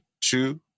two